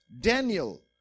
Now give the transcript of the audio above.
Daniel